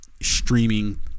streaming